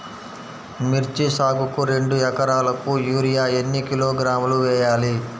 మిర్చి సాగుకు రెండు ఏకరాలకు యూరియా ఏన్ని కిలోగ్రాములు వేయాలి?